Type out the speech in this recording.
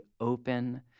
open